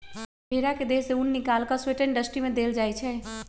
भेड़ा के देह से उन् निकाल कऽ स्वेटर इंडस्ट्री में देल जाइ छइ